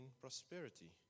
prosperity